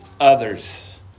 others